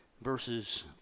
verses